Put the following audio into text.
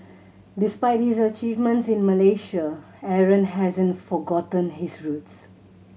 despite his achievements in Malaysia Aaron hasn't forgotten his roots